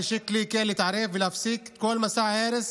שיקלי להתערב ולהפסיק את כל מסע ההרס